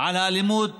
על האלימות